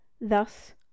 Thus